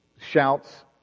Shouts